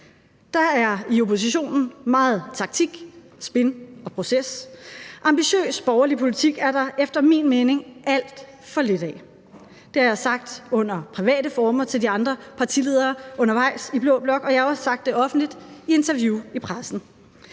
Der er i oppositionen meget taktik, spin og proces. Ambitiøs borgerlig politik er der efter min mening alt for lidt af. Det har jeg sagt under private former til de andre partiledere i blå blok undervejs, og jeg har også sagt det offentligt i interviews i pressen.